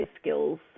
skills